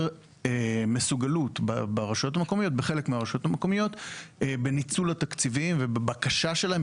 חוסר מסוגלות בחלק מהרשויות המקומיות בניצול התקציבים ובבקשה שלהם,